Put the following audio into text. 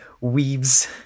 weaves